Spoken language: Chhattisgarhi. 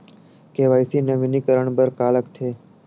के.वाई.सी नवीनीकरण बर का का लगथे?